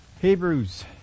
Hebrews